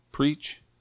Preach